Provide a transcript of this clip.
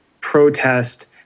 protest